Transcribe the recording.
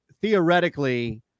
theoretically